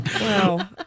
Wow